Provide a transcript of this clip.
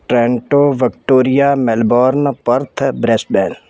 Toronto victoria Melbourne Perth Brisbane